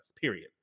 period